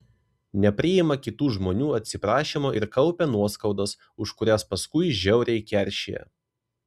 nepriima kitų žmonių atsiprašymo ir kaupia nuoskaudas už kurias paskui žiauriai keršija